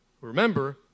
remember